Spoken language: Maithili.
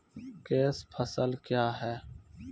कैश फसल क्या हैं?